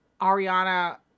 Ariana